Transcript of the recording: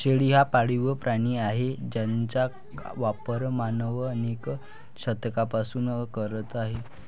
शेळी हा पाळीव प्राणी आहे ज्याचा वापर मानव अनेक शतकांपासून करत आहे